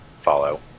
follow